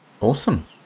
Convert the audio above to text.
Awesome